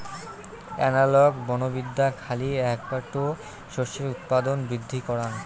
analogue বনবিদ্যা খালি এ্যাকটো শস্যের উৎপাদন বৃদ্ধি করাং